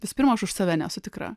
visų pirma aš už save nesu tikra